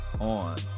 on